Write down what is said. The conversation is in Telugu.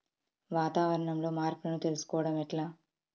వాతావరణంలో మార్పులను తెలుసుకోవడం ఎట్ల?